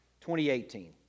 2018